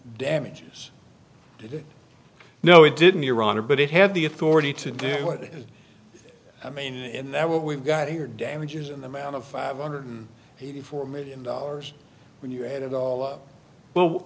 damages did you know it didn't iran or but it had the authority to do it i mean and that what we've got here damages in the amount of five hundred eighty four million dollars when you add it all up well